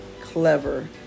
clever